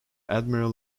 admiral